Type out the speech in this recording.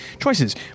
choices